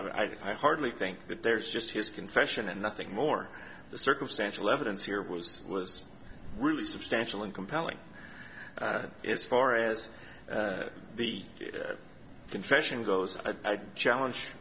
so i hardly think that there's just his confession and nothing more the circumstantial evidence here was was really substantial and compelling as far as the confession goes a challenge